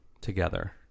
together